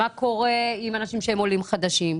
מה קורה עם אנשים שהם עולים חדשים?